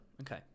Okay